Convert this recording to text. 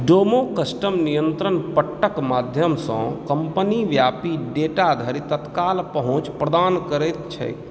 डोमो कस्टम नियन्त्रण पट्टके माध्यमसँ कम्पनीव्यापी डेटाधरि तत्काल पहुँच प्रदान करैत छै